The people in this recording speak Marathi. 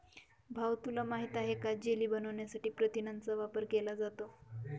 भाऊ तुला माहित आहे का जेली बनवण्यासाठी प्रथिनांचा वापर केला जातो